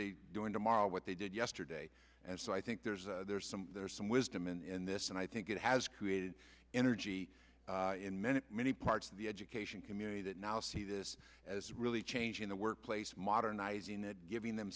they do in tomorrow what they did yesterday and so i think there's a there's some there are some wisdom and this and i think it has created energy in many many parts of the education community that now see this as really changing the workplace modernizing it giving them